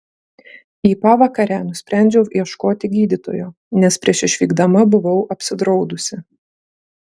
į pavakarę nusprendžiau ieškoti gydytojo nes prieš išvykdama buvau apsidraudusi